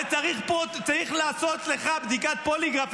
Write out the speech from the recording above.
ושצריך לעשות לך בדיקת פוליגרף,